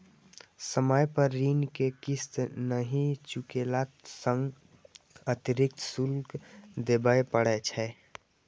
समय पर ऋण के किस्त नहि चुकेला सं अतिरिक्त शुल्क देबय पड़ै छै